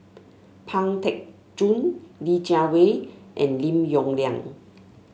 Pang Teck Joon Li Jiawei and Lim Yong Liang